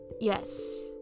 yes